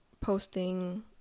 posting